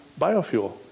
biofuel